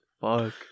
fuck